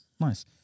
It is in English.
nice